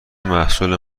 محصول